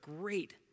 great